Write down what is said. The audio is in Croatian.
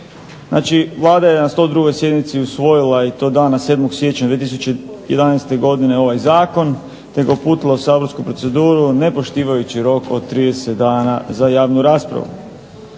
Znači Vlada je na 102 sjednici usvojila i to dana 7. siječnja 2011. godine ovaj zakon te ga uputila u saborsku proceduru ne poštivajući rok od 30 dana za javnu raspravu.